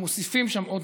יישארו גם שוליים לבטיחות.